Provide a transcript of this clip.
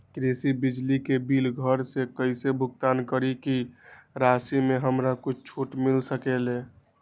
कृषि बिजली के बिल घर से कईसे भुगतान करी की राशि मे हमरा कुछ छूट मिल सकेले?